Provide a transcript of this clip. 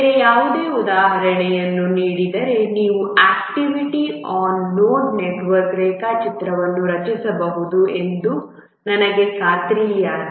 ಬೇರೆ ಯಾವುದೇ ಉದಾಹರಣೆಯನ್ನು ನೀಡಿದರೆ ನೀವು ಆಕ್ಟಿವಿಟಿ ಆನ್ ನೋಡ್ ನೆಟ್ವರ್ಕ್ ರೇಖಾಚಿತ್ರವನ್ನು ರಚಿಸಬಹುದು ಎಂದು ನನಗೆ ಖಾತ್ರಿಯಿದೆ